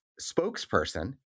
spokesperson